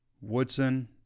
Woodson